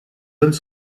hommes